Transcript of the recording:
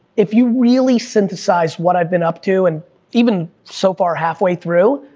if you really synthesize what i've been up to, and even so far halfway through,